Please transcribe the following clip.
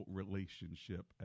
relationship